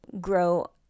grow